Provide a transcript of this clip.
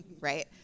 Right